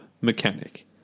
mechanic